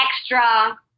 extra